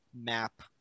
map